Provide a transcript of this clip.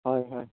হয় হয়